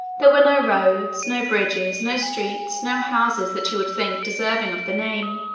there were no roads, no bridges, no streets, no houses that you would think deserving of the name.